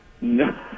No